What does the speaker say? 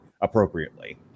appropriately